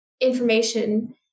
information